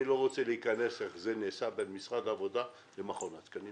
לא רוצה להיכנס איך זה נעשה בין מכון התקנים למשרד העבודה והרווחה,